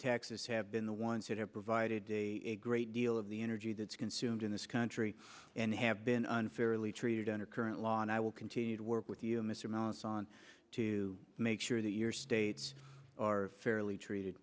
texas have been the ones that have provided a great deal of the energy that's consumed in this country and have been unfairly treated under current law and i will continue to work with you mr mehlis on to make sure that your states are fairly treated